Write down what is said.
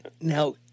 Now